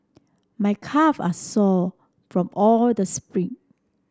my calve are sore from all the sprint